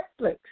Netflix